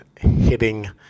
hitting